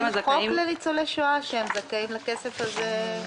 אין חוק לניצולי שואה שהם זכאים לכסף הזה?